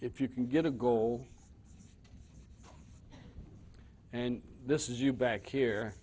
if you can get a goal and this is you back here